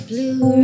Blue